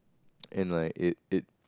and like it it